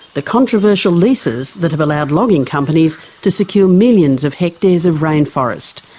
the controversial leases that have allowed logging companies to secure millions of hectares of rainforest,